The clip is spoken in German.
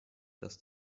das